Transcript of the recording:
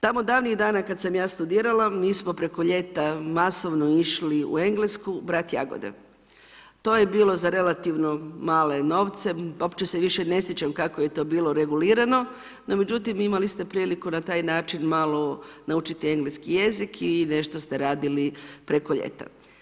Tamo davnih dana kada sam ja studirala mi smo preko ljeta masovno išli u Englesku brati jagode, to je bilo za relativno male novce, uopće se više ne sjećam kako je to bilo regulirano, no međutim imali ste priliku na taj način malo naučiti engleski jezik i nešto ste radili preko ljeta.